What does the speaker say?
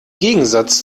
gegensatz